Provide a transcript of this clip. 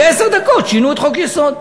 בעשר דקות שינו את חוק-היסוד.